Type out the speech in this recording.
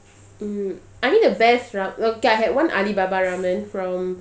mm I think the best ra~ okay I had one AlibabaR ramen from